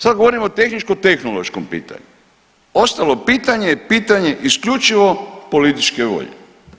Sad govorim o tehničko-tehnološkom pitanju, ostalo pitanje je pitanje isključivo političke volje.